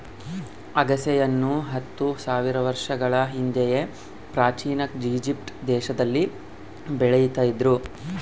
ಅಗಸೆಯನ್ನು ಹತ್ತು ಸಾವಿರ ವರ್ಷಗಳ ಹಿಂದೆಯೇ ಪ್ರಾಚೀನ ಈಜಿಪ್ಟ್ ದೇಶದಲ್ಲಿ ಬೆಳೀತಿದ್ರು